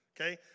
Okay